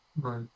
Right